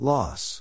Loss